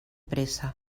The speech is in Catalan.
pressa